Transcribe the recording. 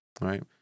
right